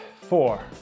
four